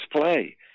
play